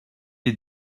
est